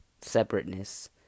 separateness